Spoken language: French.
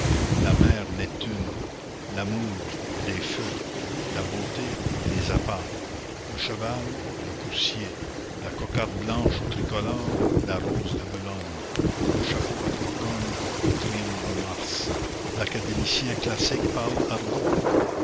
la mer neptune l'amour les feux la beauté les appas un cheval un coursier la cocarde blanche ou tricolore la rose de bellone le chapeau à trois cornes le triangle de mars l'académicien classique parle argot